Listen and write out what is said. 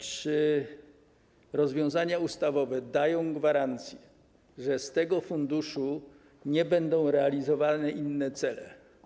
Czy rozwiązania ustawowe dają gwarancję, że z tego funduszu nie będą realizowane inne cele?